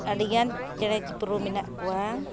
ᱟᱹᱰᱤᱜᱟᱱ ᱪᱮᱬᱮ ᱪᱤᱯᱨᱩ ᱢᱮᱱᱟᱜ ᱠᱚᱣᱟ